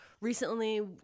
recently